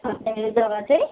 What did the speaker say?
जगा चाहिँ